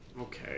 okay